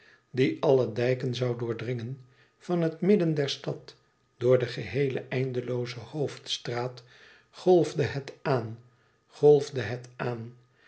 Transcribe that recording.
die alle dijken zoû doordringen van het midden der stad door de geheele eindelooze hoofdstraat golfde het aan golfde het aan